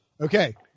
Okay